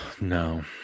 No